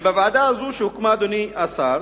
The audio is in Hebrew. בוועדה הזאת שהוקמה, אדוני השר,